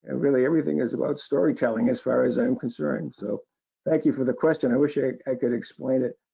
ah really everything is about story telling as far as i'm concerned. so thank you for the question. i wish i i could explain it